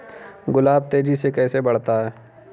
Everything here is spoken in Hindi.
गुलाब तेजी से कैसे बढ़ता है?